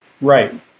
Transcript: Right